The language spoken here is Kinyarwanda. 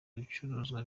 ibicuruzwa